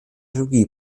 theologie